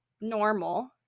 normal